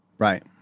Right